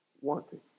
wanting